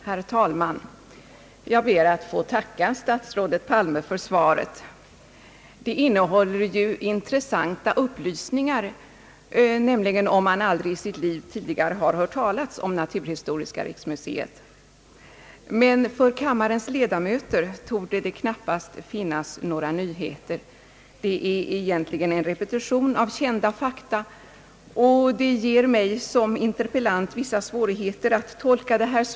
Herr talman! Jag ber att få tacka statsrådet Palme för svaret. Det innehåller ju intressanta upplysningar, om man aldrig i sitt liv tidigare har hört talas om naturhistoriska riksmuseet. Men för kammarens ledamöter torde det knappast innehålla några nyheter. Svaret är egentligen en repetition av kända fakta, och det ger mig som interpellant vissa svårigheter att tolka det.